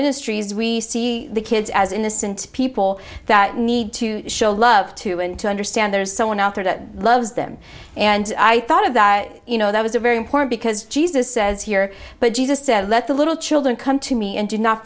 ministries we see the kids as innocent people that need to show love to and to understand there's someone out there that loves them and i thought of that you know that was a very important because jesus says here but jesus said let the little children come to me and do not